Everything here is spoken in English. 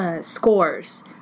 scores